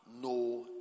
no